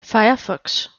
firefox